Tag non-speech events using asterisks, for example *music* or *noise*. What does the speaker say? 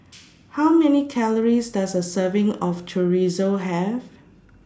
*noise* How Many Calories Does A Serving of Chorizo Have